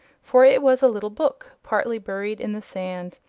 for it was a little book, partly buried in the sand.